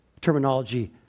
terminology